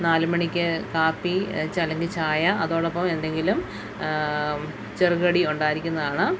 നാലുമണിക്ക് കാപ്പി അല്ലെങ്കിൽ ചായ അതോടൊപ്പം എന്തെങ്കിലും ചെറുകടി ഉണ്ടായിരിക്കുന്നതാണ്